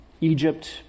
Egypt